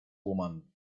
woman